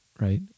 right